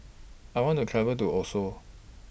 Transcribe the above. I want to travel to Oslo